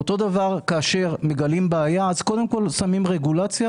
אותו הדבר כאשר מגלים בעיה קודם כול שמים רגולציה,